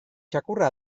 txakurra